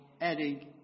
adding